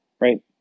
right